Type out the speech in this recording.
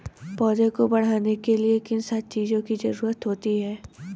पौधों को बढ़ने के लिए किन सात चीजों की जरूरत होती है?